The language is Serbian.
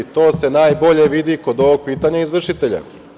To se najbolje vidi kod ovog pitanja izvršitelja.